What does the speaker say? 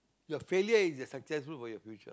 ya failure is the successful for your future